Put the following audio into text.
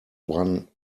one